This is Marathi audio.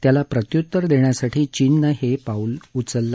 त्याला प्रत्युत्तर देण्यासाठी चीननं हे पाऊल उचललं आहे